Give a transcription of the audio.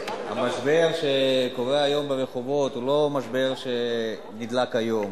המשבר שקורה היום ברחובות הוא לא משבר שנדלק היום,